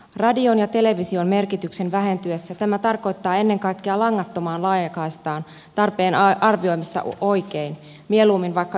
radion ja television merkityksen vähentyessä tämä tarkoittaa ennen kaikkea langattoman laajakaistan tarpeen arvioimista oikein mieluummin vaikka yläkanttiin